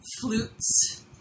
flutes